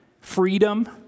freedom